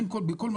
ובין כל מסלול,